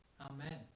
Amen